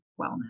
wellness